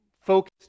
focused